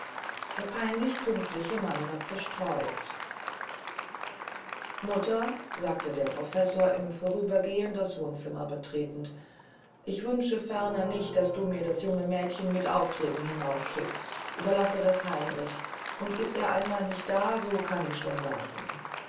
der peinlich pünktliche mann war zerstreut mutter sagte der professor im vorübergehen das wohnzimmer betretend ich wünsche ferner nicht daß du mir das junge mädchen mit aufträgen hinaufschickst überlasse das heinrich und ist er einmal nicht da so kann ich schon warten